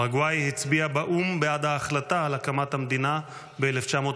פרגוואי הצביעה באו"ם בעד ההחלטה על הקמת המדינה ב-1947,